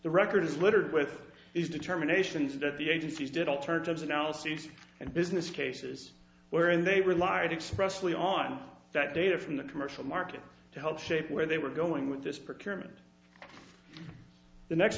the record is littered with these determinations that the agencies did alternatives analyses and business cases where they relied expressly on that data from the commercial market to help shape where they were going with this